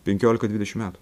penkiolika dvidešim metų